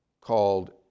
called